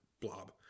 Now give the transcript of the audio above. blob